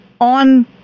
on